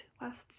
last